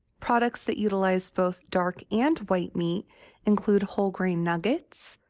products that utilize both dark and white meat include whole-grain nuggets,